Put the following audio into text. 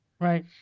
Right